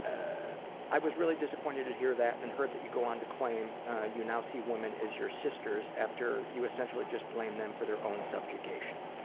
ah i was really disappointed to hear that and hurt that you go on to claim you now see women as your sisters after you essentially just blamed them for their own subjugation.